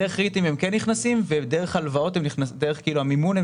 דרך ריטים הם כן נכנסים ודרך הלוואות הם ודרך המימון הם